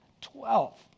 twelve